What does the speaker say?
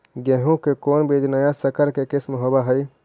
गेहू की कोन बीज नया सकर के किस्म होब हय?